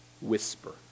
whisper